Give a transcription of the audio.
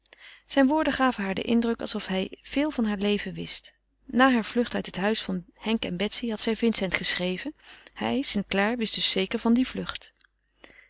zijn woorden gaven haar den indruk alsof hij veel van haar leven wist na haar vlucht uit het huis van henk en betsy had zij vincent geschreven hij st clare wist dus zeker van die vlucht